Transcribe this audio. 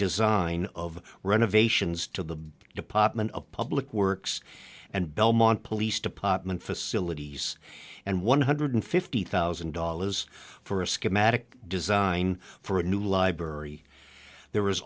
design of renovations to the department of public works and belmont police department facilities and one hundred fifty thousand dollars for a schematic design for a new library there